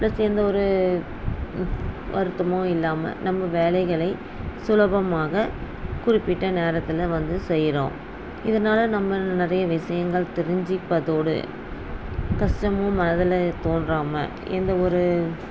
எல்லாம் சேர்ந்து ஒரு வருத்தமும் இல்லாமல் நம்ம வேலைகளை சுலபமாக குறிப்பிட்ட நேரத்தில் வந்து செய்கிறோம் இதனால் நம்மளும் நிறைய விஷயங்கள் தெரிஞ்சுப்பதோடு கஷ்டமும் மனதில் தோன்றாமல் எந்த ஒரு